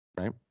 Right